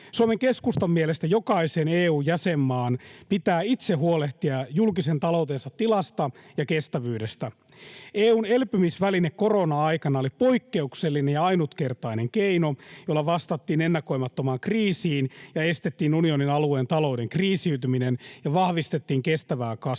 Suomen Keskustan mielestä jokaisen EU-jäsenmaan pitää itse huolehtia julkisen taloutensa tilasta ja kestävyydestä. EU:n elpymisväline korona-aikana oli poikkeuksellinen ja ainutkertainen keino, jolla vastattiin ennakoimattomaan kriisiin ja estettiin unionin alueen talouden kriisiytyminen ja vahvistettiin kestävää kasvua.